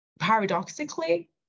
Paradoxically